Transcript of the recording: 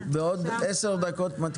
הישיבה ננעלה בשעה 10:26.